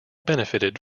benefited